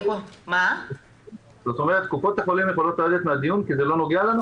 כלומר קופות החולים יכולות לרדת מהדיון כי זה לא נוגע לנו?